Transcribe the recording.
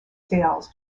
sales